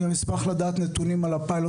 אני גם אשמח לדעת נתונים על הפיילוט